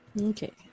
Okay